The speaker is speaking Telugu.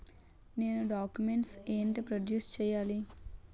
నేను డాక్యుమెంట్స్ ఏంటి ప్రొడ్యూస్ చెయ్యాలి?